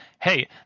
hey